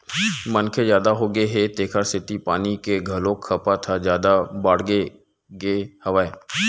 मनखे जादा होगे हे तेखर सेती पानी के घलोक खपत ह जादा बाड़गे गे हवय